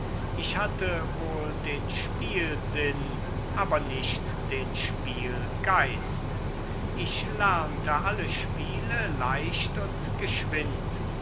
ich hatte wohl den spielsinn aber nicht den spielgeist ich lernte alle spiele leicht und geschwind